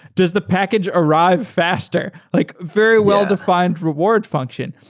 does the package arrived faster? like very well-defined reward function.